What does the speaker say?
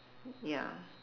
ya